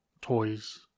toys